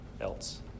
else